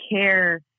care